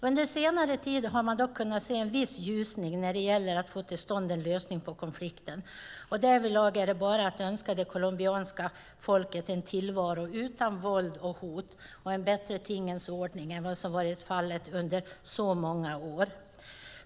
Under senare tid har man dock kunnat se en viss ljusning när det gäller att få till stånd en lösning på konflikten, och därvidlag är det bara att önska det colombianska folket en tillvaro utan våld och hot och en bättre tingens ordning än vad som varit fallet under så många år.